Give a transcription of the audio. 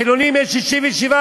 אצל החילונים זה 67%,